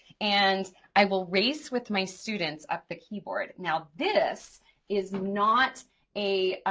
and i will race with my students up the keyboard. now this is not a,